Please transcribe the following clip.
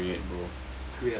create ah